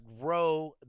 grow